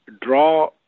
draw